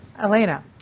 Elena